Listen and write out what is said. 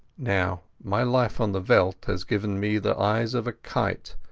now my life on the veld has given me the eyes of a kite,